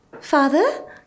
Father